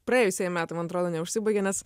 praėjusieji metai man atrodo neužsibaigia nes